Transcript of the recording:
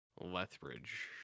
Lethbridge